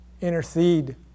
Intercede